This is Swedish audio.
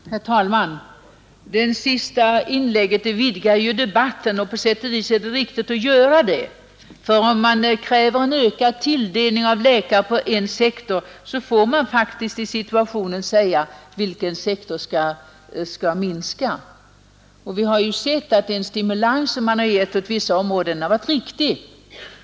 Herr talman! Det senaste inlägget vidgar debatten, och på sätt och vis är det riktigt att göra det. Om man kräver en ökad tilldelning av läkare på en sektor, måste man faktiskt i dagens situation fråga: Vilken sektor skall minska? Vi har sett att den stimulans som getts vissa områden varit riktig.